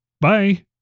Bye